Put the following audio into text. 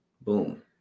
boom